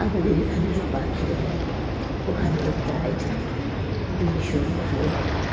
আমাদের এখানে যে পাখিরালয় ওখানে তো প্রায় যাই ভীষণ ভালো লাগে